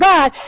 God